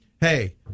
hey